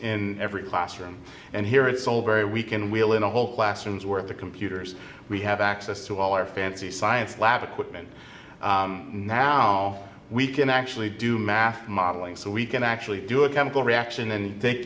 in every classroom and here it's all very we can wheel in a whole classrooms where the computers we have access to all our fancy science lab equipment now we can actually do math modeling so we can actually do a chemical reaction and th